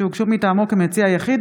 שהוגשו מטעמו כמציע יחיד,